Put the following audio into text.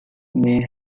may